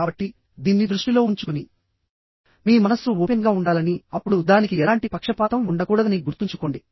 కాబట్టి దీన్ని దృష్టిలో ఉంచుకుని మీ మనస్సు ఓపెన్ గా ఉండాలని అప్పుడు దానికి ఎలాంటి పక్షపాతం ఉండకూడదని గుర్తుంచుకోండి